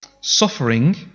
Suffering